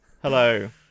Hello